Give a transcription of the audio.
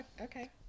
okay